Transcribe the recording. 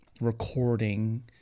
recording